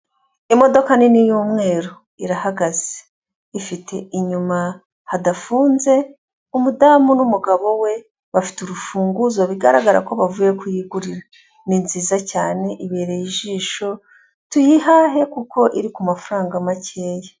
Imodoka nini y'umweru irahagaze, ifite inyuma hadafunze, umudamu n'umugabo we bafite urufunguzo bigaragara ko bavuye kuyigurira, ni nziza cyane ibereye ijisho, tuyihahe kuko iri ku mafaranga makeya.